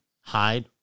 Hide